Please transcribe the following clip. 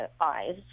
eyes